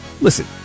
listen